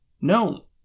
No